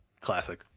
classic